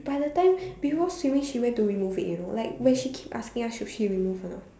by the time before swimming she went to remove it you know when she keep asking us should she remove or not